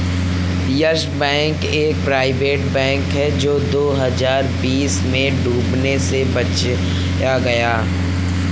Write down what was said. yes Bank एक private bank है जो दो हज़ार बीस में डूबने से बचाया गया